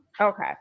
Okay